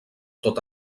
tot